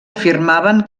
afirmaven